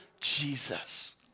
Jesus